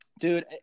dude